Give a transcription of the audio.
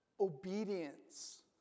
obedience